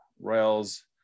rails